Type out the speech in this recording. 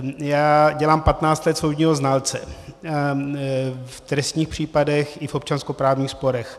Já dělám patnáct let soudního znalce v trestních případech i v občanskoprávních sporech.